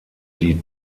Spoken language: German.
die